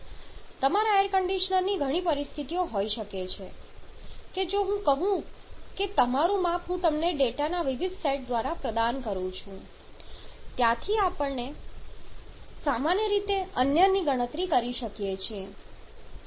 તમારા એર કંડિશનરની ઘણી પરિસ્થિતિઓ હોઈ શકે છે કે જો હું કહું કે તમારું માપ હું તમને ડેટાના વિવિધ સેટ દ્વારા પ્રદાન કરું છું ત્યાંથી આપણે સામાન્ય રીતે અન્યની ગણતરી કરી શકીએ છીએ